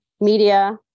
media